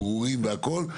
ברורים והכול,